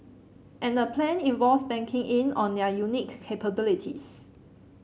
and the plan involves banking in on their unique capabilities